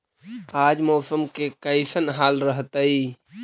आज मौसम के कैसन हाल रहतइ?